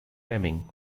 fleming